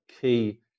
key